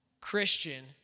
Christian